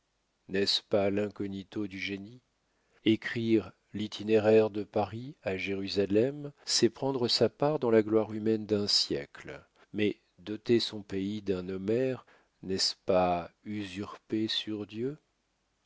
n'est-ce pas l'incognito du génie écrire l'itinéraire de paris à jérusalem c'est prendre sa part dans la gloire humaine d'un siècle mais doter son pays d'un homère n'est-ce pas usurper sur dieu